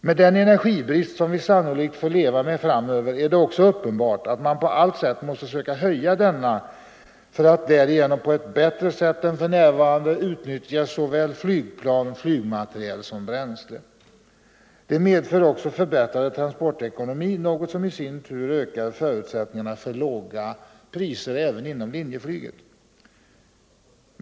Med den energibrist som vi sannolikt får leva med framöver är det också uppenbart att man på allt sätt måste söka höja denna faktor för att därigenom på ett bättre sätt än för närvarande utnyttja såväl flygplan och flygmateriel som bränsle. Det medför också förbättrad transportekonomi, något som i sin tur ökar förutsättningarna för låga priser även inom linjeflyget.